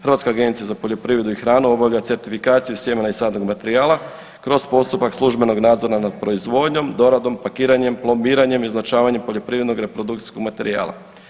Hrvatska agencija za poljoprivredu i hranu obavlja certifikaciju sjemena i sadnog materijala kroz postupak službenog nadzora nas proizvodnjom, doradom, pakiranjem, plombiranjem i označavanjem poljoprivrednog reprodukcijskog materijala.